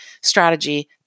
strategy